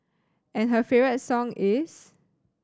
and her favourite song is